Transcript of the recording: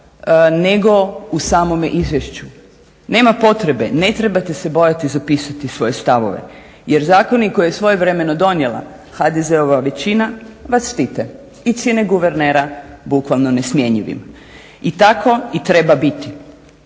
nego u samome izvješću. nema potrebe, ne trebate se bojati zapisati svoje stavove jer zakoni koje je svojevremeno donijela HDZ-ova većina vas štite i čine guvernera bukvalno nesmjenjivim i tako i treba biti.